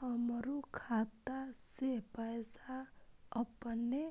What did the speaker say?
हमरो खाता से पैसा अपने